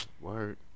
word